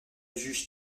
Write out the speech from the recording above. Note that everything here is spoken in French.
juge